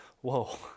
whoa